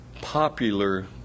popular